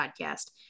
podcast